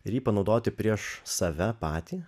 ir jį panaudoti prieš save patį